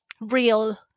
real